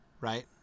right